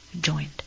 joined